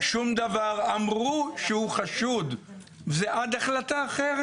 -- שום דבר, אמרו שהוא חשוד, וזה עד להחלטה אחרת.